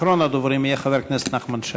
אחרון הדוברים יהיה חבר הכנסת נחמן שי.